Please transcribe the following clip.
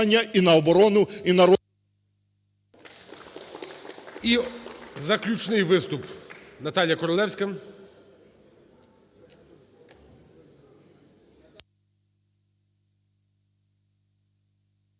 І заключний виступ Наталія Королевська.